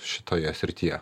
šitoje srityje